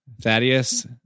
Thaddeus